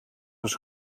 was